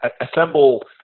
assemble